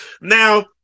Now